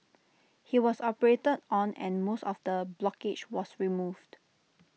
he was operated on and most of the blockage was removed